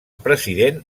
president